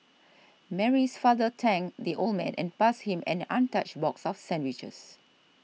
Mary's father thanked the old man and passed him an untouched box of sandwiches